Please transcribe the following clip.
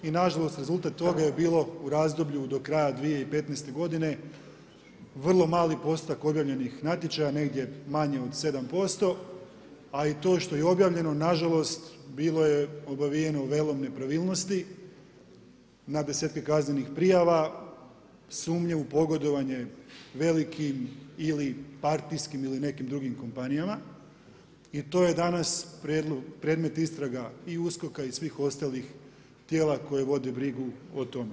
I nažalost rezultat toga je bilo u razdoblju do kraja 2015. godine vrlo mali postotak objavljenih natječaja, negdje manje od 7%, a i to što je objavljeno nažalost bilo je obavijeno velom nepravilnosti na desetke kaznenih prijava, sumnje u pogodovanje velikim ili partijskim ili nekim drugim kompanijama i to je danas predmet istraga i USKOK-a i svih ostalih tijela koje vode brigu o tome.